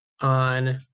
on